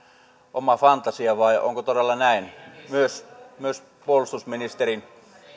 oma fantasia vai onko todella näin toivoisin myös puolustusministerin